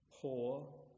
Poor